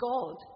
God